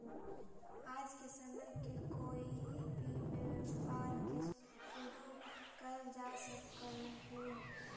आज के समय में कोई भी व्यापार के शुरू कयल जा सकलई हे